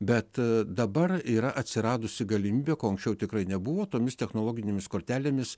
bet dabar yra atsiradusi galimybė ko anksčiau tikrai nebuvo tomis technologinėmis kortelėmis